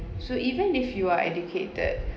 so even if you are educated